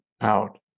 out